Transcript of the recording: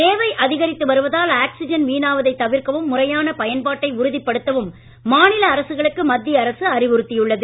தேவை அதிகரித்து வருவதால் ஆக்சிஜன் வீணாவதை தவிர்க்கவும் முறையான பயன்பாட்டை உறுதிப்படுத்தவும் மாநில அரசுகளுக்கு மத்திய அரசு அறிவுறுத்தியுள்ளது